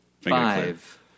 Five